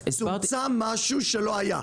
צומצם משהו שלא היה.